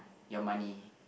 your money